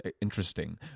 interesting